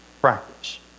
practice